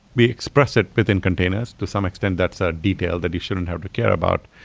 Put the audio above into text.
we express it within containers. to some extent, that's a detailed addition and how to care about.